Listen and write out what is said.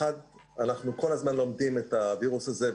אנחנו כל הזמן לומדים את הווירוס הזה,